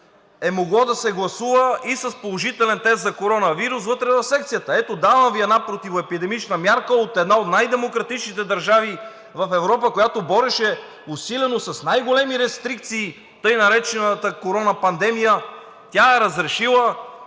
е могло да се гласува и с положителен тест за коронавирус вътре в секцията. Ето, давам Ви една противоепидемиологична мярка от една от най-демократичните държави в Европа, която бореше усилено, с най-големи рестрикции, тъй наречената корона пандемия. Тя е разрешила